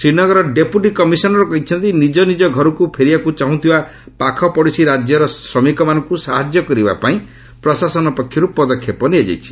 ଶ୍ରୀନଗରର deputy commissioner କହିଛନ୍ତି ନିଜ ନିଜ ଘରକୁ ଫେରିବାକୁ ଚାହୁଁଥିବା ପାଖପଡ଼ୋଶୀ ରାଜ୍ୟ ଶ୍ରମିକମାନଙ୍କୁ ସାହାଯ୍ୟ କରିବାପାଇଁ ପ୍ରଶାସନ ପକ୍ଷରୁ ପଦକ୍ଷେପ ନିଆଯାଇଛି